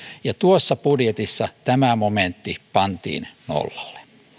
ja tuossa budjetissa tämä momentti pantiin nollalle